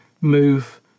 move